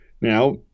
now